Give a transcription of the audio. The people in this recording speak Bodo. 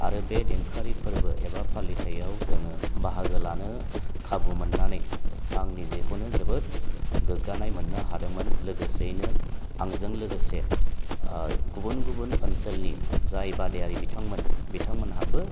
आरो बे देंखोआरि फोरबो एबा फालिथायाव जोङो बाहागो लानो खाबु मोननानै आं निजेखौनो जोबोद गोग्गानाय मोननो हादोंमोन लोगोसेयैनो आंजों लोगोसे गुबुन गुबुन ओनसोलनि जाय बादायारि बिथांमोन बिथांमोनहाबो